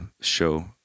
show